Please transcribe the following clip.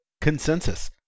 consensus